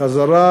בחזרה